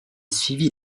suivit